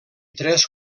tres